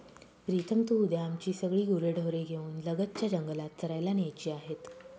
प्रीतम तू उद्या आमची सगळी गुरेढोरे घेऊन लगतच्या जंगलात चरायला न्यायची आहेत